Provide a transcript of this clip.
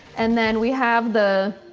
and then we have the